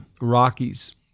rockies